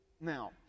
Now